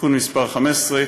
(תיקון מס׳ 15),